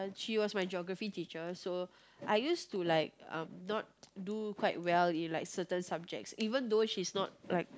she was my geography teacher so I used to like uh not do quite well in like certain subjects even though she's not like